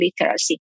literacy